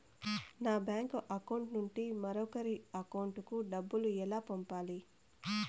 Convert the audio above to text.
నా bank account నుండి మరొకరి అకౌంట్ కు డబ్బులు ఎలా పంపాలి